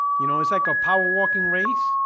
you know, it's like a power walking race,